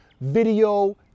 video